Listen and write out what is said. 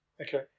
okay